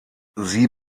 sie